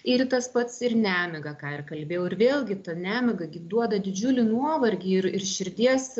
ir tas pats ir nemiga ką ir kalbėjau ir vėlgi ta nemiga gi duoda didžiulį nuovargį ir ir širdies